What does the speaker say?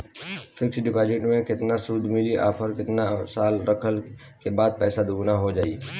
Fix deposit मे केतना सूद मिली आउर केतना साल रखला मे पैसा दोगुना हो जायी?